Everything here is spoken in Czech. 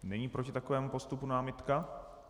Není proti takovému postupu námitka?